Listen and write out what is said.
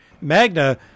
Magna